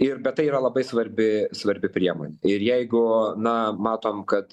ir bet tai yra labai svarbi svarbi priemonė ir jeigu na matom kad